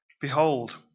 Behold